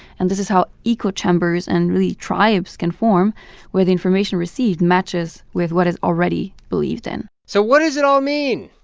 and this is how echo chambers and, really, tribes can form where the information received matches with what is already believed in so what does it all mean?